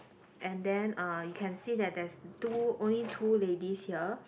and then uh you can see that there's two only two ladies here